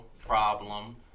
Problem